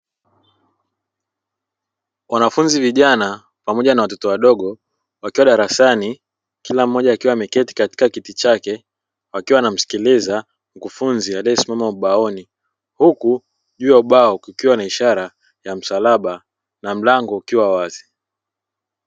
Wanafunzi vijana pamoja na watoto wadogo wakiwa darasani kila mmoja akiwa ameketi katika kiti chake, wakiwa wanamsikiliza mkufunzi aliesimama ubaoni huku juu ya ubao kukiwa na ishara ya msalaba na mlango ukiwa wazi.